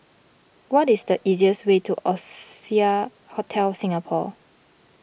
what is the easiest way to Oasia Hotel Singapore